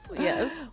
yes